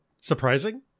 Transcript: surprising